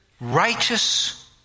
righteous